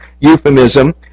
euphemism